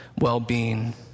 well-being